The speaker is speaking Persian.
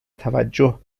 توجه